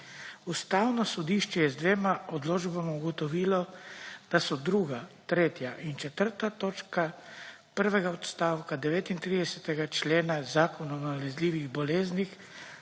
Ustavno sodišče je z dvema odločbama ugotovilo, da so 2., 3. in 4. točka prvega odstavka 39. člena Zakona o nalezljivih boleznih